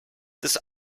this